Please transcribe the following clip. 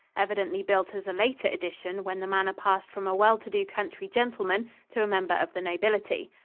evidently built as a later addition when the manor passed from a well-to-do country gentleman to a member of the nobility.